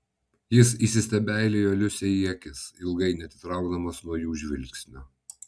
jis įsistebeilijo liusei į akis ilgai neatitraukdamas nuo jų žvilgsnio